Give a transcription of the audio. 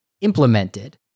implemented